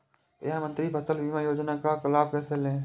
प्रधानमंत्री फसल बीमा योजना का लाभ कैसे लें?